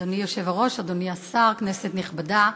אדוני היושב-ראש, אדוני השר, כנסת נכבדה,